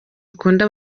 ikunda